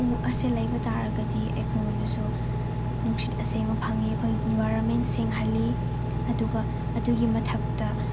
ꯎ ꯑꯁꯦ ꯂꯩꯕ ꯇꯥꯔꯒꯗꯤ ꯑꯩꯈꯣꯏ ꯉꯣꯟꯗꯁꯨ ꯅꯨꯡꯁꯤꯠ ꯑꯁꯦꯡꯕ ꯐꯪꯏ ꯑꯩꯈꯣꯏ ꯏꯟꯕꯥꯏꯔꯣꯟꯃꯦꯟ ꯁꯦꯡꯍꯜꯂꯤ ꯑꯗꯨꯒ ꯑꯗꯨꯒꯤ ꯃꯊꯛꯇ